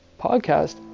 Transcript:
podcast